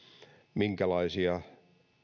minkälaisia